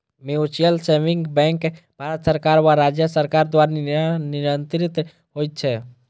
mutual saving bank Bharat सरकार वा राज्य सरकार द्वारा नियंत्रित होइत छै